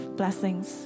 blessings